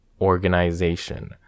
organization